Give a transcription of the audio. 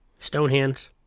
Stonehands